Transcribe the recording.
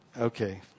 Okay